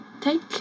take